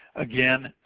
again,